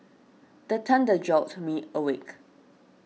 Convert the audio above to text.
the thunder jolt me awake